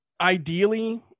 ideally